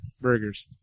Burgers